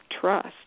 trust